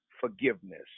forgiveness